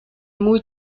muy